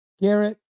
Garrett